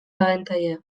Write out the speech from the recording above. abantaila